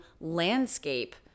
landscape